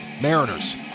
Mariners